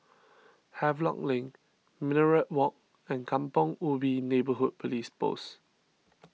Havelock Link Minaret Walk and Kampong Ubi Neighbourhood Police Post